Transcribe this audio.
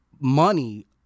money